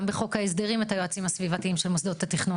גם את חוק ההסדרים את היועצים הסביבתיים של מוסדות התכנון.